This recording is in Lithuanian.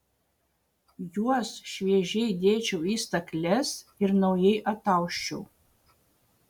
juos šviežiai dėčiau į stakles ir naujai atausčiau